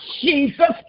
Jesus